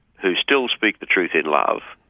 who still speak the truth in love,